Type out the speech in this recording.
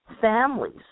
families